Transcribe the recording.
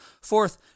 Fourth